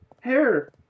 Hair